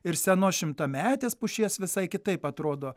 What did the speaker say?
ir senos šimtametės pušies visai kitaip atrodo